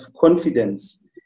confidence